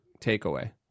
takeaway